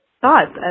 thoughts